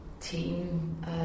team